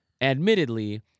admittedly